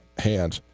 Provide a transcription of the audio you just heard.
hands,